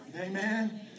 Amen